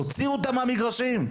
תוציאו אותם מהמגרשים.